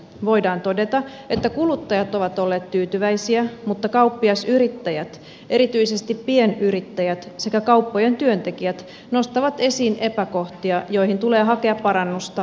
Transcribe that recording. voidaan todeta että kuluttajat ovat olleet tyytyväisiä mutta kauppiasyrittäjät erityisesti pienyrittäjät sekä kauppojen työntekijät nostavat esiin epäkohtia joihin tulee hakea parannusta eduskuntakäsittelyssä